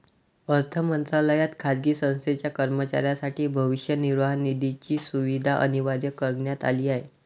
अर्थ मंत्रालयात खाजगी संस्थेच्या कर्मचाऱ्यांसाठी भविष्य निर्वाह निधीची सुविधा अनिवार्य करण्यात आली आहे